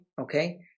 okay